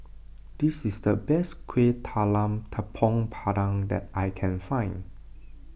this is the best Kuih Talam Tepong Pandan that I can find